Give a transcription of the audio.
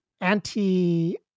anti